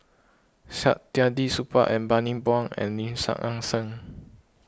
Saktiandi Supaat and Bani Buang and Lim Nang Seng